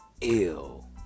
ill